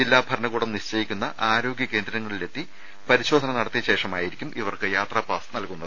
ജില്ലാ ഭരണകൂടം നിശ്ചയിക്കുന്ന ആരോഗ്യ കേന്ദ്രങ്ങളിലെത്തി പരിശോധന നടത്തിയ ശേഷമായിരിക്കും ഇവർക്ക് യാത്രാ പാസ് നൽകുന്നത്